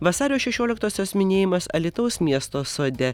vasario šešioliktosios minėjimas alytaus miesto sode